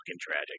tragic